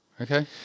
Okay